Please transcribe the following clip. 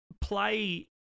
Play